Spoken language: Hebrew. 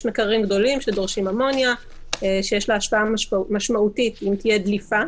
יש מקררים גדולים שדורשים אמוניה שיש לה השפעה משמעותית אם תהיה דליפה.